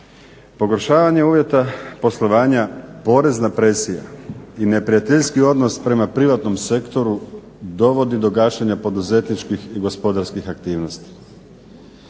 Pogoršavanje uvjeta poslovanja, porezna presija i neprijateljski odnos prema privatnom sektoru dovodi do gašenja poduzetničkih i gospodarskih aktivnosti.